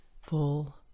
full